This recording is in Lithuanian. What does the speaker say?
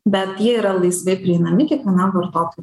bet jie yra laisvai prieinami kiekvienam vartotojui